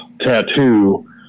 tattoo